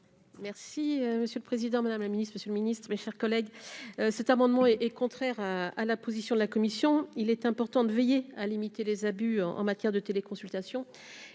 Merci monsieur le Président, Madame la Ministre, Monsieur le Ministre, mes chers collègues, cet amendement et est contraire à la position de la commission, il est important de veiller à limiter les abus en matière de téléconsultation